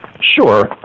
Sure